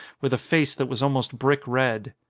with a face that was almost brick red.